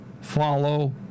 follow